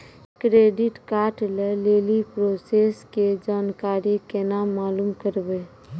Credit card लय लेली process के जानकारी केना मालूम करबै?